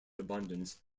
abundance